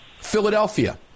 Philadelphia